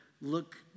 look